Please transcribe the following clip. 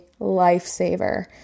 lifesaver